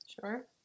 Sure